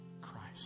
Christ